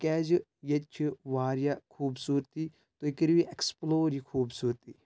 تِکیازِ ییٚتہِ چھِ واریاہ خوٗبصوٗرتی تُہۍ کٔرِو یہِ ایٚکٕسپٕلور یہِ خوٗبصوٗرتی